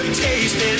tasted